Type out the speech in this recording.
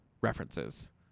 references